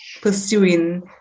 pursuing